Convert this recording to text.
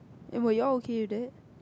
and were you all okay with that